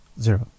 zero